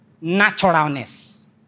naturalness